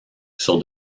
sur